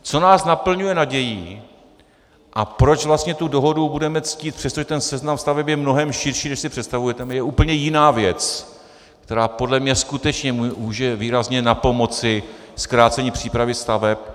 Co nás naplňuje nadějí a proč vlastně tu dohodu budeme ctít, přestože ten seznam staveb je mnohem širší, než si představujete, tam je úplně jiná věc, která podle mě skutečně může výrazně napomoci zkrácení přípravy staveb.